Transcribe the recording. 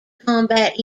combat